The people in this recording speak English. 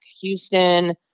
Houston